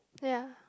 ya